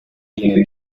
tiene